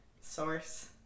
source